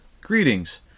greetings